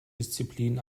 disziplin